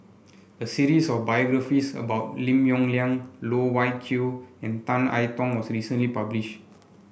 a series of biographies about Lim Yong Liang Loh Wai Kiew and Tan I Tong was recently published